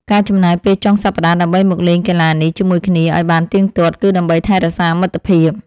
ការចំណាយពេលចុងសប្តាហ៍ដើម្បីមកលេងកីឡានេះជាមួយគ្នាឱ្យបានទៀងទាត់ គឺដើម្បីថែរក្សាមិត្តភាព។